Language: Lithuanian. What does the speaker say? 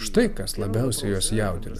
štai kas labiausiai juos jaudina